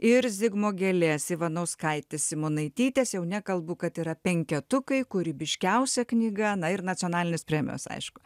ir zigmo gėlės ivanauskaitės simonaitytės jau nekalbu kad yra penketukai kūrybiškiausia knyga na ir nacionalinės premijos aišku